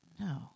No